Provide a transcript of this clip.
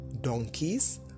donkeys